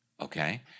okay